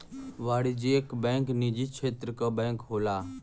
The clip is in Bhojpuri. वाणिज्यिक बैंक निजी क्षेत्र क बैंक होला